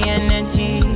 energy